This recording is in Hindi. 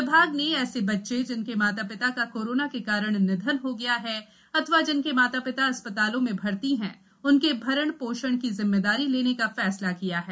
विभाग ने ऐसे बच्चेए जिनके माता पिता का कोरोना के कारण निधन हो गया है अथवा जिनके माता पिता अस्पतालों में भर्ती हैंए उनके भरण पोषण की जिम्मेदारी लेने का फैसला किया है